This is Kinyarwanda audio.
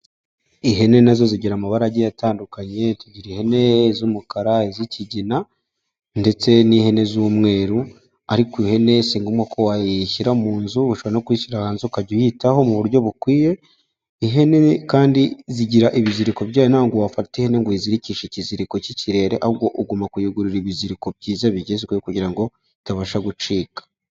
Ihene na zo zigira amabara agiye atandukanye, tugira ihene z'umukara, iz'ikigina ndetse n'ihene z'umweru, ariko ihene si ngombwa ko wayishyira mu nzu uba ushobora no kuyishyira hanze ukajya uyitaho mu buryo bukwiye, ihene kandi zigira ibiziriko byazo, ntabwo wafate ihene ngo uyizirikishe ikiziriko cy'ikirere ahubwo ugomba kuyigurira ibiziriko byiza bigezweho kugira ngo itabasha gucika.